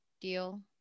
deal